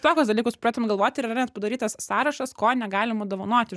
tokius dalykus pradėtum galvoti ir yra net padarytas sąrašas ko negalima dovanoti